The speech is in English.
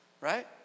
Right